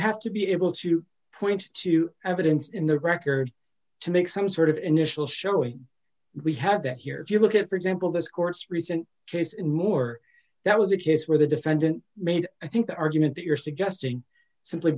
have to be able to point to evidence in the record to make some sort of initial showing we have that here if you look at for example this court's recent case in more that was a case where the defendant made i think the argument that you're suggesting simply